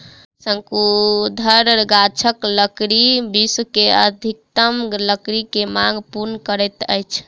शंकुधर गाछक लकड़ी विश्व के अधिकतम लकड़ी के मांग पूर्ण करैत अछि